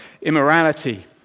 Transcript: immorality